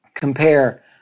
Compare